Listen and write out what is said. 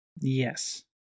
Yes